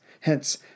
hence